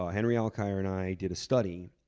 ah henry ah alkire and i did a study